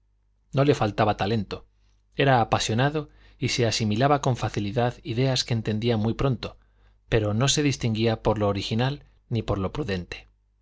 no le faltaba talento era apasionado y se asimilaba con facilidad ideas que entendía muy pronto pero no se distinguía por lo original ni por lo prudente